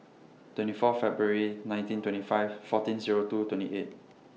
twenty four February nineteen twenty five fourteen Zero two twenty eight